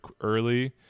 early